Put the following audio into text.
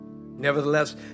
Nevertheless